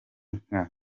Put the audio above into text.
nka